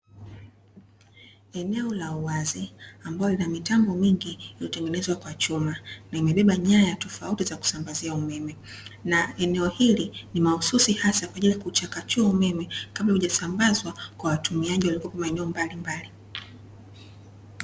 Eneo la uwazi ambalo lina mitambo mingi iliyotengenezwa kwa chuma na imebeba nyaya tofauti za kusambazia umeme, na eneo hili ni mahususi hasa kwa ajili ya kuchakachua umeme kabla haujasambazwa kwa watumiaji wa maeneo mbalimbali.